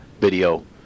video